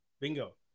Bingo